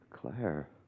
Claire